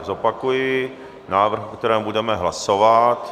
Zopakuji návrh, o kterém budeme hlasovat.